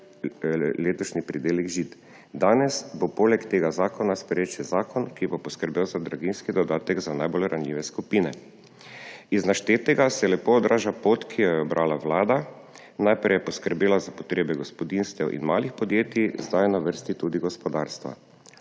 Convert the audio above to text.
letošnji pridelek žit. Danes bo poleg tega zakona sprejet še zakon, ki bo poskrbel za draginjski dodatek za najbolj ranljive skupine. Iz naštetega se lepo odraža pot, ki jo je ubrala Vlada: najprej je poskrbela za potrebe gospodinjstev in malih podjetij, zdaj je na vrsti tudi gospodarstvo.